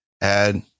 add